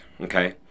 okay